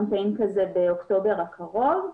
להתחיל קמפיין כזה באוקטובר הקרוב.